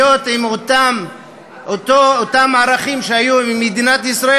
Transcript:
להיות עם אותם ערכים שהיו עם מדינת ישראל,